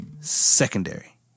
secondary